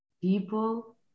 people